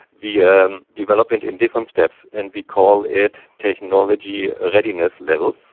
yeah develop it in different steps, and we call it technology readiness levels,